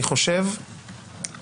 אני רוצה לצטט את הסוף, זה ההידברות.